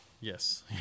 Yes